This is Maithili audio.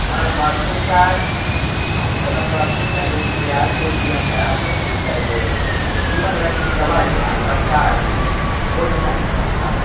ओना परसू तक हँ तऽ ओना परसू तक ई प्रआस अइ डी एम साहेबसँ मिलकऽ जे जीबन रक्षित दबाइ आ तत्काल भोजनक ब्यवस्था